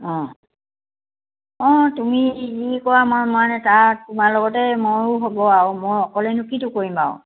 অঁ অঁ তুমি যি কৰা মই মানে তাত তোমাৰ লগতে ময়ো হ'ব আৰু মই অকলেনো কিটো কৰিম বাৰু